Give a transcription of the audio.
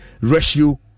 ratio